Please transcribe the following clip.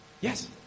Yes